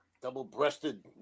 double-breasted